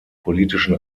politischen